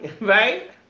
Right